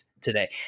today